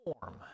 form